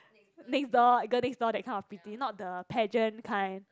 next door girl next door that kind of pretty not the pageant kind